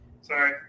Sorry